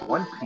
One